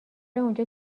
اونجا